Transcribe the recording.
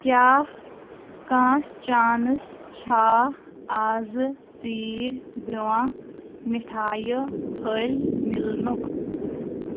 کیٛاہ کانٛہہ چانس چھا اَزٕ ژیٖرۍ برٛونٛہہ مِٹھایہِ پھٔلۍ مِلنُک